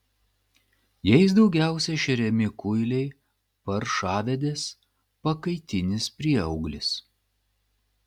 jais daugiausiai šeriami kuiliai paršavedės pakaitinis prieauglis